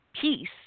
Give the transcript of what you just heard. peace